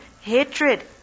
hatred